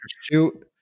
Shoot